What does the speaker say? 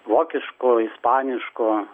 vokiško ispaniško